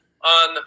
on